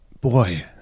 boy